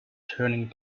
turning